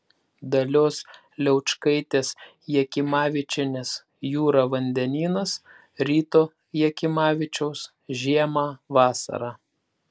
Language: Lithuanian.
dalios laučkaitės jakimavičienės jūra vandenynas ryto jakimavičiaus žiemą vasarą